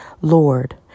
Lord